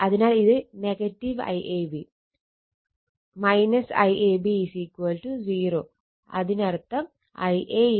അതിനാൽ ഇത് IAB 0 അതിനർത്ഥം Ia IAB ICA